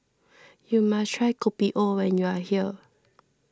you must try Kopi O when you are here